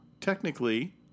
technically